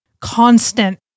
constant